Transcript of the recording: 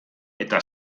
eta